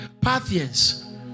Parthians